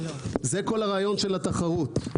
זה כל הרעיון של התחרות.